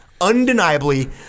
undeniably